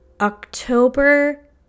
October